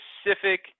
specific